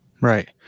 Right